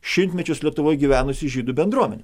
šimtmečius lietuvoj gyvenusi žydų bendruomenė